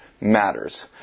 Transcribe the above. matters